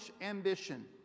ambition